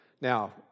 Now